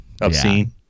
obscene